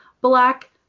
black